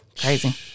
Crazy